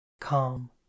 calm